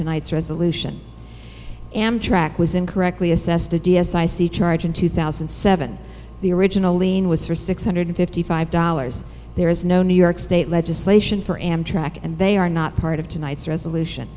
tonight's resolution amtrak was incorrectly assessed a d s i c charge in two thousand and seven the original lien was for six hundred fifty five dollars there is no new york state legislation for amtrak and they are not part of tonight's resolution